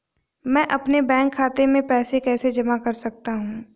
मैं अपने बैंक खाते में पैसे कैसे जमा कर सकता हूँ?